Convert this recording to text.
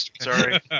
sorry